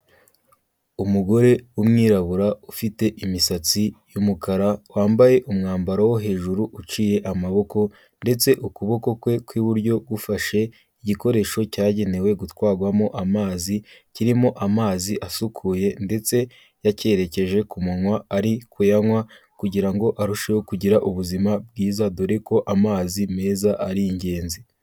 Umugore w'umwirabura ufite imisatsi y'umukara, wambaye umwambaro wo hejuru uciye amaboko ndetse ukuboko kwe kw'iburyo gufashe igikoresho cyagenewe gutwarwamo amazi, kirimo amazi asukuye ndetse yakerekeje ku munwa ari kuyanywa, kugira ngo arusheho kugira ubuzima bwiza, dore ko amazi meza ari ingenzi.